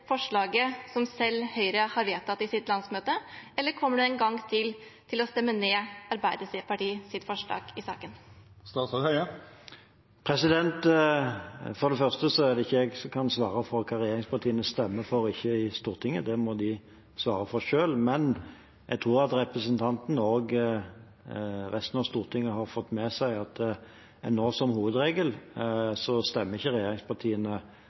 forslaget som selv Høyre har vedtatt på sitt landsmøte, eller kommer de en gang til til å stemme ned Arbeiderpartiets forslag i saken, et forslag vi har sammen med Senterpartiet og Sosialistisk Venstreparti? For det første er det ikke jeg som kan svare for hva regjeringspartiene stemmer for og ikke i Stortinget, det må de svare for selv. Men jeg tror representanten og resten av Stortinget har fått med seg at som hovedregel stemmer ikke regjeringspartiene